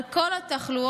על כל התחלואות